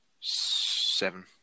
Seven